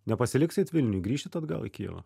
nepasiliksit vilniuj grįšit atgal į kijevą